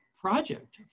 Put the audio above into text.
project